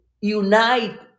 unite